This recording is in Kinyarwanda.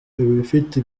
ibifite